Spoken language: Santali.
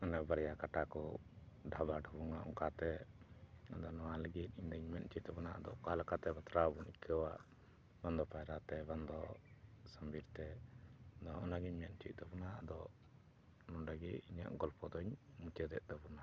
ᱚᱱᱮ ᱵᱟᱨᱭᱟ ᱠᱟᱴᱟ ᱠᱚ ᱰᱷᱟᱵᱟ ᱰᱷᱩᱝᱟ ᱚᱱᱠᱟᱛᱮ ᱟᱫᱚ ᱱᱚᱣᱟ ᱞᱟᱹᱜᱤᱫ ᱤᱧ ᱫᱚᱧ ᱢᱮᱱ ᱦᱚᱪᱚᱭᱮᱫ ᱛᱟᱵᱚᱱᱟ ᱟᱫᱚ ᱚᱠᱟ ᱞᱮᱠᱟᱛᱮ ᱵᱟᱛᱨᱟᱣ ᱵᱚᱱ ᱟᱹᱭᱠᱟᱹᱣᱟ ᱵᱟᱝ ᱫᱚ ᱯᱟᱭᱨᱟ ᱛᱮ ᱵᱟᱝ ᱥᱟᱢᱵᱤᱨ ᱛᱮ ᱟᱫᱚ ᱚᱱᱟᱜᱤᱧ ᱢᱮᱱ ᱦᱚᱪᱚᱭᱮᱫ ᱛᱟᱵᱚᱱᱟ ᱟᱫᱚ ᱱᱚᱰᱮᱜᱮ ᱤᱧᱟᱹᱜ ᱜᱚᱞᱯᱚ ᱫᱚᱧ ᱢᱩᱪᱟᱹᱫᱮᱫ ᱛᱟᱵᱚᱱᱟ